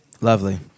Lovely